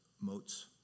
motes